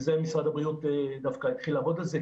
ומשרד הבריאות דווקא התחיל לעבוד על זה,